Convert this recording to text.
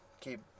keep